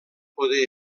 poder